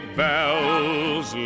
bells